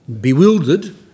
bewildered